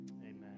amen